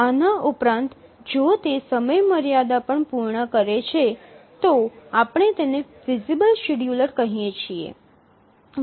આના ઉપરાંત જો તે સમયમર્યાદા પણ પૂર્ણ કરે છે તો આપણે તેને ફિઝીબલ શેડ્યૂલર કહીએ છીએ